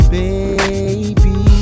baby